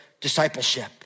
discipleship